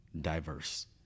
diverse